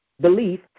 belief